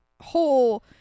whole